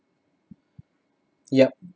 yup